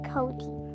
Cody